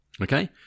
Okay